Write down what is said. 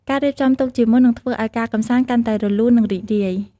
ការរៀបចំទុកជាមុននឹងធ្វើឲ្យការកម្សាន្តកាន់តែរលូននិងរីករាយ។